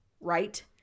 right